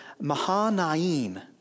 Mahanaim